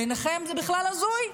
בעיניכם זה בכלל הזוי.